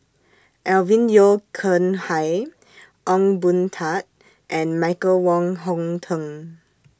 Alvin Yeo Khirn Hai Ong Boon Tat and Michael Wong Hong Teng